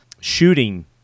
shooting